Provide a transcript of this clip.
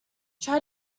try